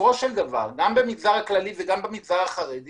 שבסופו של דבר גם במגזר הכללי וגם במגזר החרדי